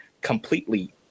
completely